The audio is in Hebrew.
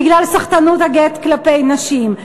בגלל סחטנות הגט כלפי נשים.